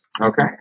Okay